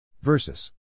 Versus